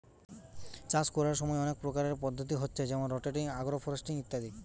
চাষ কোরার সময় অনেক প্রকারের পদ্ধতি হচ্ছে যেমন রটেটিং, আগ্রফরেস্ট্রি ইত্যাদি